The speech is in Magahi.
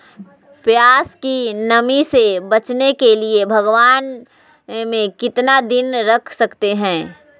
प्यास की नामी से बचने के लिए भगवान में कितना दिन रख सकते हैं?